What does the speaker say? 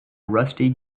rusty